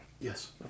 Yes